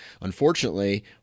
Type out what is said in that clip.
Unfortunately